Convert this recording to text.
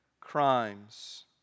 crimes